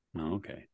Okay